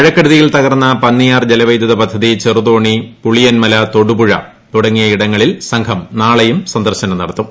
മഴക്കെടുതിയിൽ തകർന്ന പന്നിയാർ ജലവൈദ്യുതപദ്ധതി ചെറുതോണി പുളിയൻമല തൊടുപുഴ തുടങ്ങിയ ഇടങ്ങളിൽ സംഘം നാളെ സന്ദർശനം നടത്തും